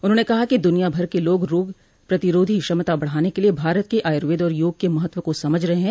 उन्होंने कहा कि दुनिया भर के लोग रोग प्रतिरोधी क्षमता बढ़ाने के लिए भारत के आयुर्वेद आर योग के महत्व को समझ रहे हैं